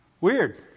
Weird